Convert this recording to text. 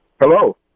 Hello